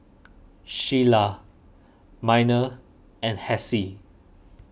Sheilah Miner and Hassie